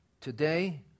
today